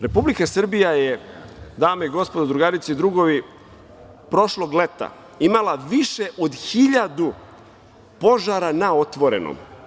Republika Srbija je, dame i gospodo, drugarice i drugovi, prošlog leta imala više od hiljadu požara na otvorenom.